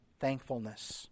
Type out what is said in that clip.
thankfulness